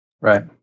Right